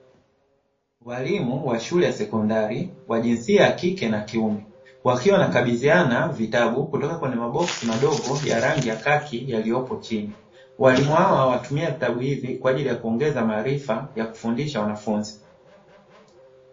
Walimu wa shule ya sekondari wa jinsia ya kike na kiume, wakiwa wanakabidhiana vitabu kutoka kwenye maboksi madogo ya rangi ya kaki yaliyopo chini. Walimu hawa wanatumia vitabu hivi kwa ajili ya kuongeza maarifa ya kufundisha wanafunzi.